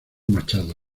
machado